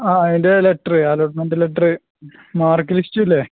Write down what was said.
ആ അതിൻ്റെ letter allotment letter mark list ഇല്ലേ